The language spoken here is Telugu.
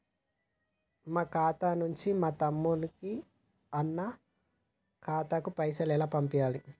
మా ఖాతా నుంచి మా తమ్ముని, అన్న ఖాతాకు పైసలను ఎలా పంపియ్యాలి?